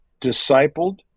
discipled